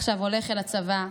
עכשיו הולך אל הצבא".